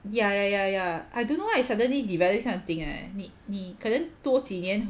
ya ya ya ya I don't know why suddenly I develop this kind of thing eh 你你可能多几年